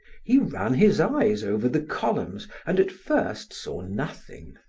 he ran his eyes over the columns and at first saw nothing.